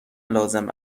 لازم